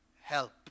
help